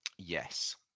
Yes